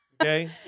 Okay